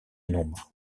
nombres